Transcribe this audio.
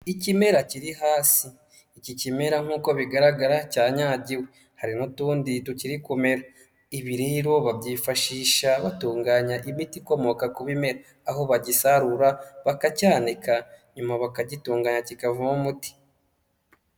Ikimera kiri hasi, iki kimera nk'uko bigaragara cyanyagiwe, hari n'utundi tukiri kumera, ibi rero babyifashisha batunganya imiti ikomoka ku bimera aho bagisarura bakacyanika nyuma bakagitunganya kikavamo umuti.